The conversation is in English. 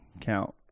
count